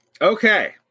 Okay